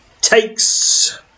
takes